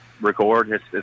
record